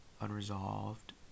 unresolved